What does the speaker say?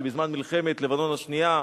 שבזמן מלחמת לבנון השנייה,